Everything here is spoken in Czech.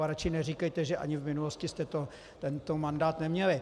A radši neříkejte, že ani v minulosti jste tento mandát neměli.